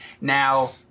now –